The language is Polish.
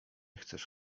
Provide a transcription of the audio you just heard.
chcesz